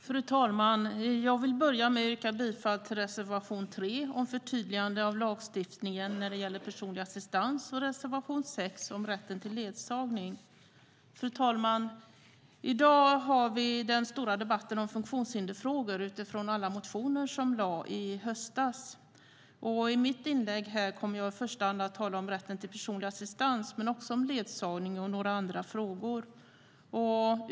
Fru talman! Jag vill börja med att yrka bifall till reservation 3 om förtydligande av lagstiftningen när det gäller personlig assistans och reservation 6 om rätten till ledsagning. Fru talman! I dag har vi den stora debatten om funktionshindersfrågor utifrån alla motioner som väcktes i höstas. I mitt inlägg kommer jag i första hand att tala om rätten till personlig assistans men också om ledsagning och några andra frågor.